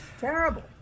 terrible